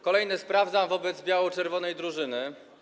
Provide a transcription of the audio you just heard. Kolejne „sprawdzam” wobec biało-czerwonej drużyny.